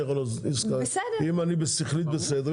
יש בעיות גופניות שאני כן יכול לעשות עסקה אם אני שכלית בסדר,